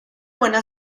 buena